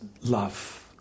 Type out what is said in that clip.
love